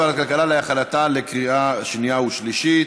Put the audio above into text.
תעבור לוועדת הכלכלה להכנתה לקריאה שנייה ושלישית.